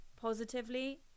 positively